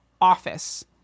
office